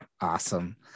Awesome